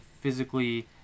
physically